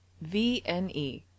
VNE